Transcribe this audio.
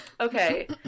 Okay